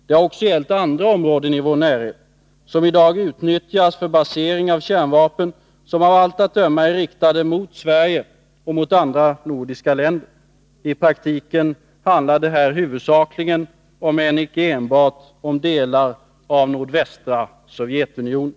Det har också gällt andra områden i vår närhet, som i dag utnyttjas för basering av kärnvapen, vilka av allt att döma är riktade mot Sverige och andra nordiska länder. I praktiken handlar det här huvudsakligen, om än Nr 31 icke enbart, om delar av nordvästra Sovjetunionen.